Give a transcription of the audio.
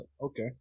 okay